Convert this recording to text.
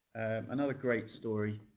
another great story